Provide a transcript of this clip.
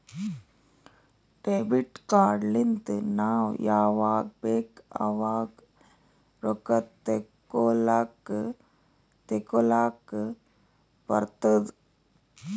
debit card ಲಿಂತ್ ನಾವ್ ಯಾವಾಗ್ ಬೇಕ್ ಆವಾಗ್ ರೊಕ್ಕಾ ತೆಕ್ಕೋಲಾಕ್ ತೇಕೊಲಾಕ್ ಬರ್ತುದ್